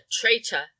traitor